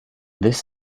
this